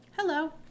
Hello